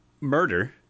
murder